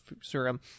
serum